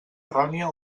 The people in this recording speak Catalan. errònia